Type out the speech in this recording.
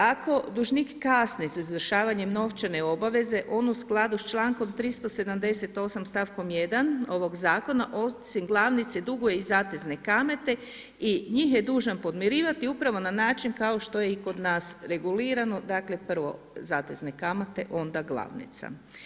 Ako dužnik kasni sa izvršavanjem novčane obaveze, on u skladu s čl. 378., st.1. ovog Zakona osim glavnice duguje i zatezne kamate i njih je dužan podmirivati upravo na način kao što je i kod nas regulirano dakle, prvo zatezne kamate onda glavnica.